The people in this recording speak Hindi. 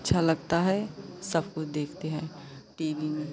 अच्छा लगता है सब कोई देखते हैं टी वी में